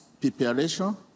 preparation